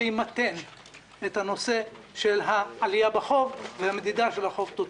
שימתן את העלייה בחוב ואת המדידה של החוב תוצר.